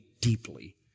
deeply